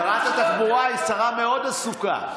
שרת התחבורה היא שרה מאוד עסוקה.